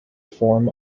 form